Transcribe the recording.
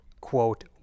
quote